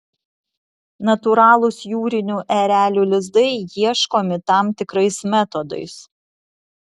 natūralūs jūrinių erelių lizdai ieškomi tam tikrais metodais